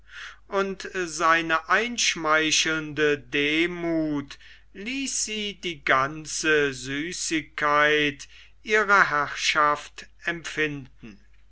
und seine einschmeichelnde demuth ließ sie die ganze süßigkeit ihrer herrschaft empfinden